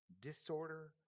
disorder